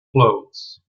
clothes